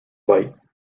lite